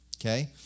Okay